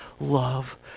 love